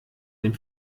dem